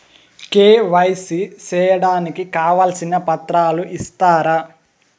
KYC సేయడానికి కావాల్సిన పత్రాలు ఇస్తారా?